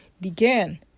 began